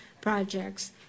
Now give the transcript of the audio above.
projects